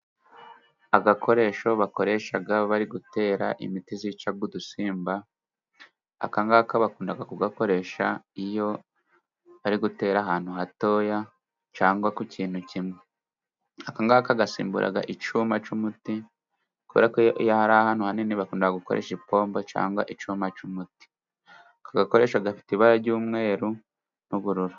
Agakoresho bakoresha bari gutera imiti, yica udusimba, kangaka bakunda kugakoresha, iyo bari gutera ahantu hatoya, cyangwa ku kintu kimwe. Kagasimbura icyuma cy'umuti. Kubera iyo ari ahantu hanini bakunda, gukoresha ipombo, cyangwa icyuma cy'umuti. Aka gakoresho gafite ibara ry'umweru n'ubururu.